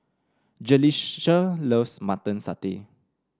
Jalissa loves Mutton Satay